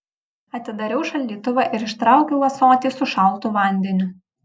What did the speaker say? atidariau šaldytuvą ir ištraukiau ąsotį su šaltu vandeniu